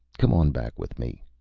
come on back with me.